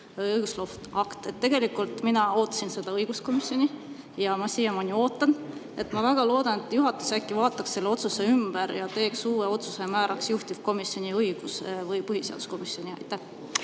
õigustloov akt. Tegelikult mina ootasin seda õiguskomisjoni ja ma siiamaani ootan. Ma väga loodan, et juhatus vaatab selle otsuse ümber ja teeb uue otsuse, määrab juhtivkomisjoniks õigus- või põhiseaduskomisjoni. Aitäh!